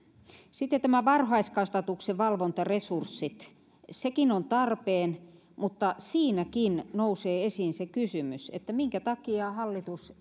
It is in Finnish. sitten nämä varhaiskasvatuksen valvontaresurssit nekin ovat tarpeen mutta niissäkin nousee esiin se kysymys minkä takia hallitus